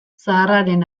zaharraren